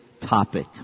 topic